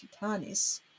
titanis